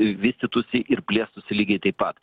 vystytųsi ir plėstųsi lygiai taip pat